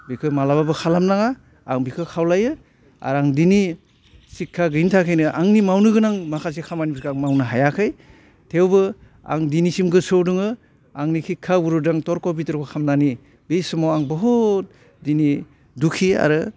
बेखौ मालाबाबो खालामनाङा आं बेखौ खावलायो आरौ आं दिनै सिख्खा गैयैनि थाखायनो आंनि मावनो गोनां माखासे खामानिफोरखौ आं मावनो हायाखै थेवबो आं दिनैसिम गोसोआव दोङो आंनि हिख्खा गुरुदों थरख' बिथरख' खालामनानै बे समाव आं बुहुथ दिनै दुखि आरो